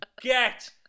get